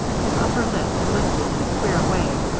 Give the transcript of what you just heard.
his upper lip lifted in a queer way,